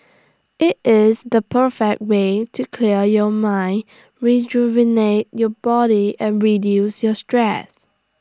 IT is the perfect way to clear your mind rejuvenate your body and reduce your stress